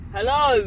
Hello